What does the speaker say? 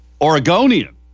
Oregonian